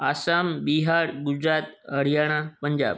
Assam Bihar Gujarat Haryana Punjab